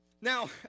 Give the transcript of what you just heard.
Now